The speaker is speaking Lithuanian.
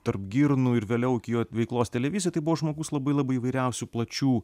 tarp girnų ir vėliau iki jo veiklos televizijoj tai buvo žmogus labai labai įvairiausių plačių